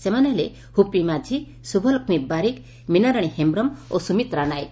ସେମାନେ ହେଲେ ହୁପି ମାଝି ଶୁଭଲକ୍ଷ୍ମୀ ବାରିକ ମୀନାରାଶୀ ହେମ୍ରମ ଓ ସୁମିତ୍ରା ନାୟକ